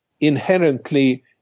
inherently